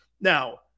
Now